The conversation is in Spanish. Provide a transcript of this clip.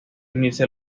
unirse